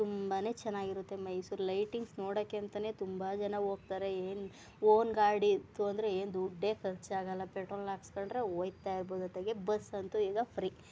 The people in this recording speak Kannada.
ತುಂಬ ಚೆನ್ನಾಗಿರುತ್ತೆ ಮೈಸೂರು ಲೈಟಿಂಗ್ಸ್ ನೋಡೊಕೆ ಅಂತಾನೆ ತುಂಬ ಜನ ಹೋಗ್ತರೆ ಏನು ಓನ್ ಗಾಡಿ ಇತ್ತು ಅಂದರೆ ಏನು ದುಡ್ಡೇ ಖರ್ಚಾಗಲ್ಲ ಪೆಟ್ರೋಲ್ ಹಾಕಿಸ್ಕೊಂಡ್ರೆ ಹೋಗ್ತಾ ಇರ್ಬೋದು ಅತ್ತಗೆ ಬಸ್ ಅಂತು ಈಗ ಫ್ರೀ